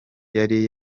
yari